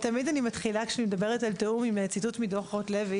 כשאני מדברת על תיאום אני תמיד מתחילה מציטוט מדוח רוטלוי